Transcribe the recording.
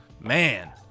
man